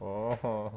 orh orh